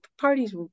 parties